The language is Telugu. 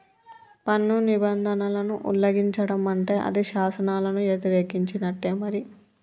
పన్ను నిబంధనలను ఉల్లంఘిచడం అంటే అది శాసనాలను యతిరేకించినట్టే మరి